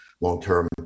long-term